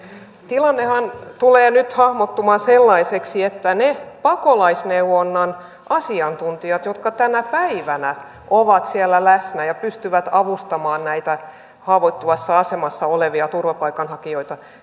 tilannehan tulee nyt hahmottumaan sellaiseksi että näiltä pakolaisneuvonnan asiantuntijoilta jotka tänä päivänä ovat siellä läsnä ja pystyvät avustamaan näitä haavoittuvassa asemassa olevia turvapaikanhakijoita